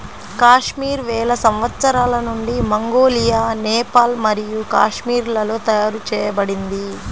కాశ్మీర్ వేల సంవత్సరాల నుండి మంగోలియా, నేపాల్ మరియు కాశ్మీర్లలో తయారు చేయబడింది